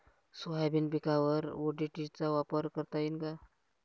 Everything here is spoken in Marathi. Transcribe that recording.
सोयाबीन पिकावर ओ.डी.टी चा वापर करता येईन का?